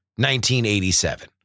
1987